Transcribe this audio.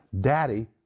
Daddy